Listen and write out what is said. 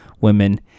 women